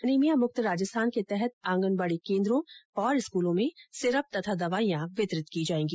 anaemia मुक्त राजस्थान के तहत आंगनबाडी केन्द्रो और स्कूलों में सिरप तथा दवाईयां वितरित की जायेगी